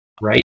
right